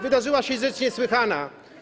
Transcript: wydarzyła się rzecz niesłychana.